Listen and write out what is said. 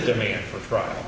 demand for fr